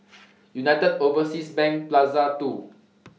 United Overseas Bank Plaza two